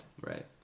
Right